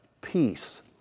peace